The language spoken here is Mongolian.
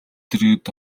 дэргэд